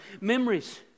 Memories